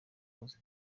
mazu